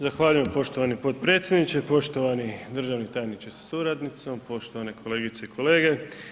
Zahvaljujem poštovani potpredsjedniče, poštovani državni tajniče sa suradnicom, poštovane kolegice i kolege.